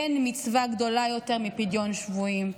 אין מצווה גדולה יותר מפדיון שבויים.